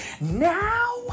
now